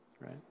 right